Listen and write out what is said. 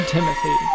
Timothy